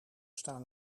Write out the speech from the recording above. staan